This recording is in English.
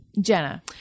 Jenna